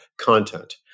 content